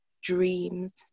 dreams